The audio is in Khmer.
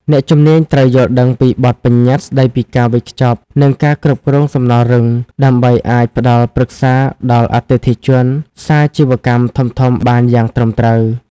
អ្នកជំនាញត្រូវយល់ដឹងពីបទបញ្ញត្តិស្ដីពីការវេចខ្ចប់ និងការគ្រប់គ្រងសំណល់រឹង ដើម្បីអាចផ្ដល់ប្រឹក្សាដល់អតិថិជនសាជីវកម្មធំៗបានយ៉ាងត្រឹមត្រូវ។